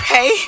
Hey